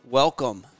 welcome